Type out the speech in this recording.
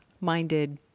Minded